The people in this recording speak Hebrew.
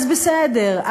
אז בסדר,